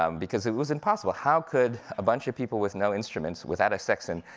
um because it was impossible. how could a bunch of people with no instruments, without a sextant,